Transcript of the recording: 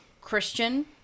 Christian